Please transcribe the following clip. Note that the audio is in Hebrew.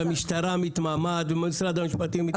והמשטרה מתמהמהת ומשרד המשפטים מתמהמה.